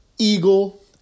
Eagle